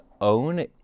own